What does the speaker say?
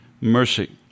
mercy